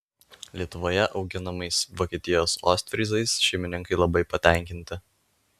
lietuvoje auginamais vokietijos ostfryzais šeimininkai labai patenkinti